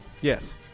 Yes